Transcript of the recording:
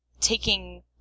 taking